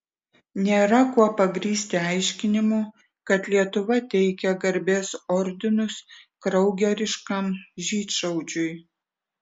nėra kuo pagrįsti aiškinimų kad lietuva teikia garbės ordinus kraugeriškam žydšaudžiui